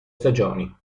stagioni